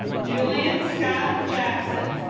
julian scott jackson